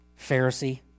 Pharisee